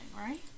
right